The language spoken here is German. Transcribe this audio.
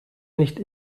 nicht